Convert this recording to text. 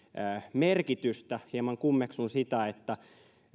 merkitystä hieman kummeksun sitä että